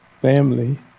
family